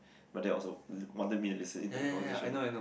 but that also wanted me to listen into the conversation lor